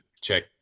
check